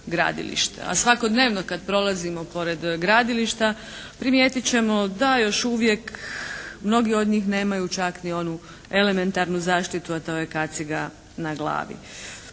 A svakodnevno kad prolazimo pored gradilišta primijetit ćemo da još uvijek mnogi od njih nemaju čak ni onu elementarnu zaštitu, a to je kaciga na glavi.